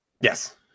Yes